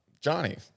Johnny